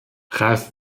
ralf